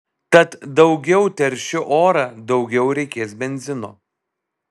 tad daugiau teršiu orą daugiau reikės benzino